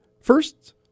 First